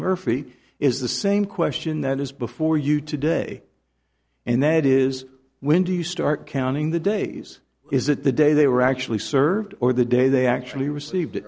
murphy is the same question that is before you today and that is when do you start counting the days is that the day they were actually served or the day they actually received